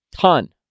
ton